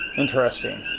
interesting.